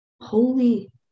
holy